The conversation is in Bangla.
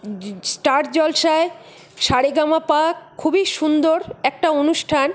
জজ ষ্টার জলসায় সারেগামাপা খুবই সুন্দর একটা অনুষ্ঠান